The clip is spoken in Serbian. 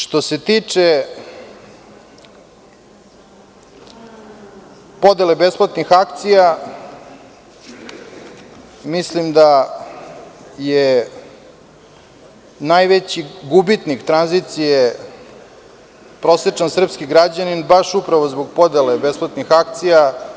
Što se tiče podele besplatnih akcija, mislim da je najveći gubitnik tranzicije prosečan srpski građanin, baš upravo zbog podele besplatnih akcija.